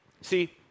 See